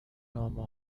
نامه